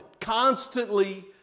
constantly